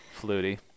Flutie